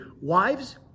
wives